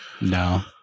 No